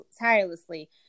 tirelessly